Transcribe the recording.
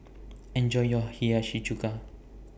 Enjoy your Hiyashi Chuka